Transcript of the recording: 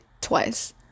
twice